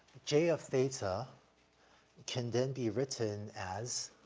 j of theta can then be written as